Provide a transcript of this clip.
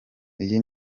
iyi